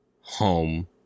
home